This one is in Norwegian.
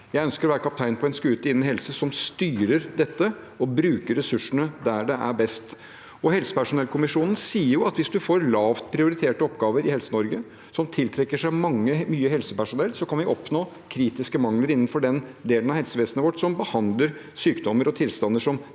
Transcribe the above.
Jeg ønsker å være kaptein på en skute innen helse som styrer dette og bruker ressursene der det er best. Helsepersonellkommisjonen sier at hvis lavt prioriterte oppgaver i Helse-Norge tiltrekker seg mye helsepersonell, kan vi oppnå kritiske mangler innenfor den delen av helsevesenet vårt som behandler sykdommer og tilstander som